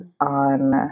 on